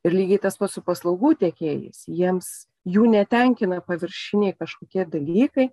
ir lygiai tas pats su paslaugų tiekėjais jiems jų netenkina paviršiniai kažkokie dalykai